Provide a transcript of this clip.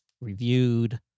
reviewed